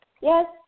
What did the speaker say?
yes